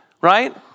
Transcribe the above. right